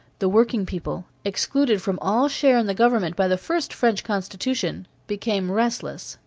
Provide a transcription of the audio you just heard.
the working people, excluded from all share in the government by the first french constitution, became restless,